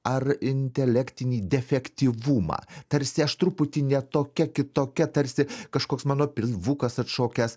ar intelektinį defektyvumą tarsi aš truputį ne tokia kitokia tarsi kažkoks mano pilvukas atšokęs